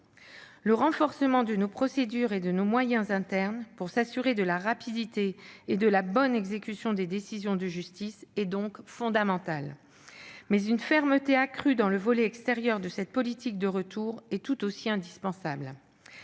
Le renforcement de nos procédures et de nos moyens internes, pour s'assurer de la rapidité et de la bonne exécution des décisions de justice, est donc fondamental. Cependant, une fermeté accrue dans le volet extérieur de cette politique de retour est tout aussi indispensable.